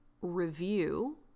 review